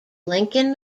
lincoln